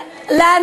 לך קשה עם זה.